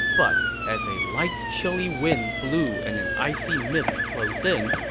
but as a light chilly wind blew and an icy mist closed in,